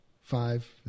five